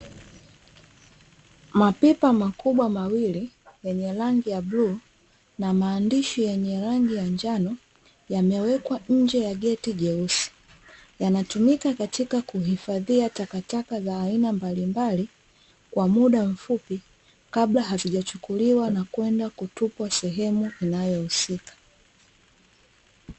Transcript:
Mabiba makubwa mawili yenye rangi ya bluu na maandishi yenye rangi ya njano yamewekwa nje ya geti jeusi, yanatumika katika kuhifadhia takataka za aina mbalimbali kwa muda mfupi kabla hazijachukuliwa na kwenda kutupwa sehemu inayo husika.